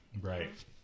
right